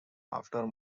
after